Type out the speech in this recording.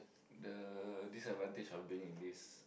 the disadvantage of being in this